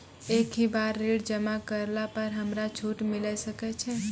एक ही बार ऋण जमा करला पर हमरा छूट मिले सकय छै?